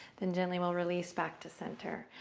then gently we'll release back to center.